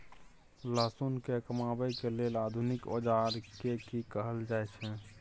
लहसुन के कमाबै के लेल आधुनिक औजार के कि कहल जाय छै?